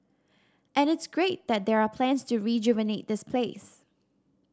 and it's great that there are plans to rejuvenate this place